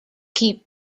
keep